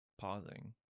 pausing